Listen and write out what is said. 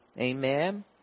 amen